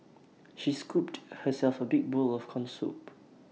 she scooped herself A big bowl of Corn Soup